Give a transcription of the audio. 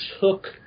took